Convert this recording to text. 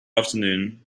afternoon